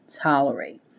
tolerate